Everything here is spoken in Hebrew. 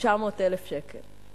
900,000 שקלים.